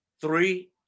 Three